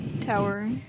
tower